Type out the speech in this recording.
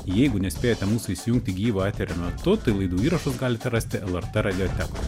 jeigu nespėjote mūsų įsijungti gyvo eterio metu tai laidų įrašus galite rasti lrt radiotekoj